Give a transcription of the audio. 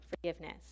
forgiveness